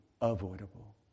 avoidable